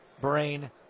Brain